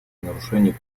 нарушений